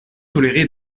tolérer